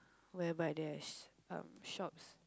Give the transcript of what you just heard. whereby there's um shops